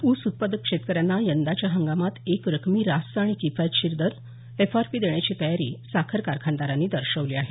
ऊस उत्पादक शेतकऱ्यांना यंदाच्या हंगामात एक रकमी रास्त आणि किफायतशीर दर एफआरपी देण्याची तयारी साखर कारखानदारांनी दर्शवली आहे